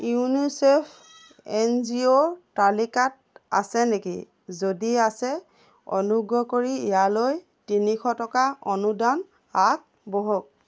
UNICEF এন জি অ'ৰ তালিকাত আছে নেকি যদি আছে অনুগ্ৰহ কৰি ইয়ালৈ তিনিশ টকা অনুদান আগবঢ়াওক